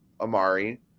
Amari